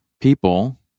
people